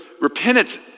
repentance